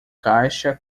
caixa